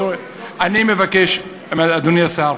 אני מבקש, אדוני השר,